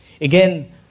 Again